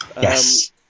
Yes